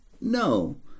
no